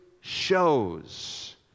shows